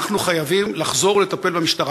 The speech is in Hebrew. אנחנו חייבים לחזור ולטפל במשטרה.